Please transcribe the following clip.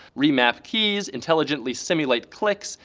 remap keys, intelligently simulate clicks.